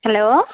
hello